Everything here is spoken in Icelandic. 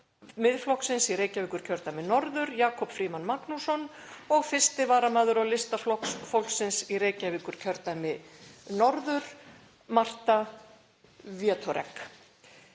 Miðflokksins í Reykjavíkurkjördæmi norður, Jakob Frímann Magnússon, og 1. varamaður á lista Flokks fólksins í Reykjavíkurkjördæmi norður, Marta Wieczorek.